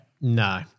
No